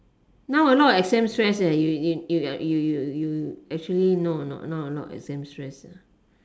now a lot exams stress leh you you you you you actually know or not now a lot exam stress